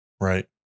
right